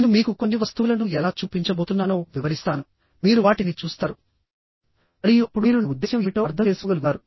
నేను మీకు కొన్ని వస్తువులను ఎలా చూపించబోతున్నానో వివరిస్తాను మీరు వాటిని చూస్తారు మరియు అప్పుడు మీరు నా ఉద్దేశ్యం ఏమిటో అర్థం చేసుకోగలుగుతారు